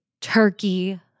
Turkey